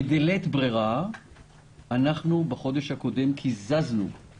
בדלית ברירה אנחנו קיזזנו בחודש הקודם לבתי